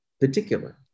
particular